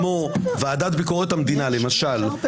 כמו הוועדה לביקורת המדינה למשל,